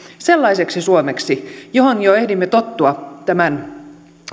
sellaiseksi suomeksi johon ehdimme tottua jo tämän